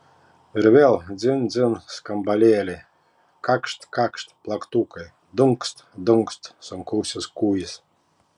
ir vėl dzin dzin skambalėliai kakšt kakšt plaktukai dunkst dunkst sunkusis kūjis